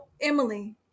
Emily